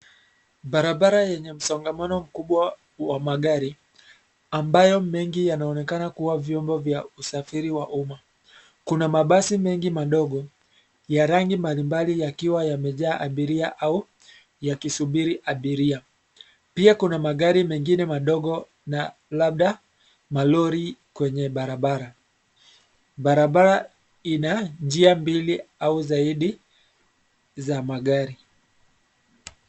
Barabara yenye msongamano mkubwa wa magari ambayo mengi yanaonekana kuwa vyombo vya usafiri wa umma. Kuna mabasi mengi madogo ya rangi mbalimbali yakiwa yamejaa abiria au yakisubiri abiria. Pia kuna magari mengine madogo na labda malori kwenye barabara. Barabara ina njia mbili au zaidi za magari.